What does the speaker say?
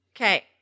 Okay